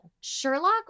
Sherlock